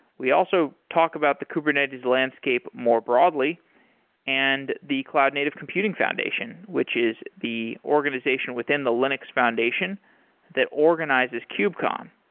we also talk about the kubernetes landscape more broadly and the cloud native computing foundation, which is the organization within the linux foundation that organizes kubecon.